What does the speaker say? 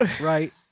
right